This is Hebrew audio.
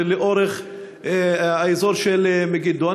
לאורך האזור של מגידו.